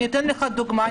אתן לך דוגמה.